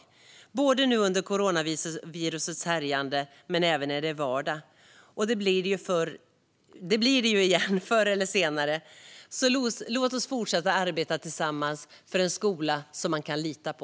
Det gäller både nu under coronavirusets härjande och när det är vardag, vilket det ju blir igen förr eller senare. Låt oss alltså fortsätta arbeta tillsammans för en skola som man kan lita på!